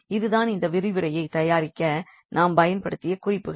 இதுதான் இந்த விரிவுரையை தயாரிக்க நாம் பயன்படுத்திய குறிப்புகள்